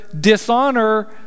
dishonor